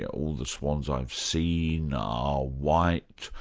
yeah all the swans i've seen are white,